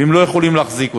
והם לא יכולים להחזיק אותו.